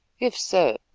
if so,